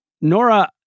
Nora